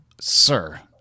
Sir